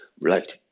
right